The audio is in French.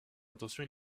attention